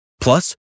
Plus